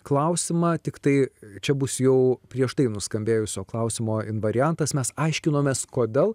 klausimą tiktai čia bus jau prieš tai nuskambėjusio klausimo invariantas mes aiškinomės kodėl